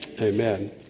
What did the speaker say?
Amen